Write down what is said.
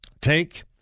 Take